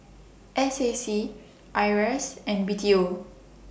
S A C IRAS and B T O